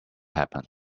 happen